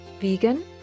Vegan